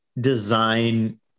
design